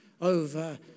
over